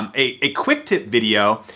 um a quick tip video,